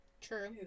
True